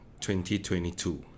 2022